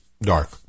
dark